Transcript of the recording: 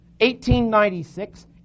1896